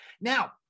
Now